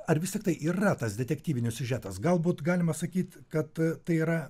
ar vis tiktai yra tas detektyvinis siužetas galbūt galima sakyt kad tai yra